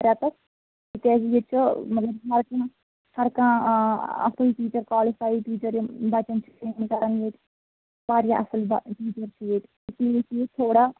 رٮ۪تَس کیٛازِ ییٚتہِ چھُ مطلب ہَرٕ کانٛہہ آ اَصٕل ٹیٖچَر کالِفایِڈ ٹیٖچَر یِم بَچَن چھِ واریاہ اَصٕل بَہ ٹیٖچَر چھِ ییٚتہِ فیٖس چھُ ییٚتہِ تھوڑا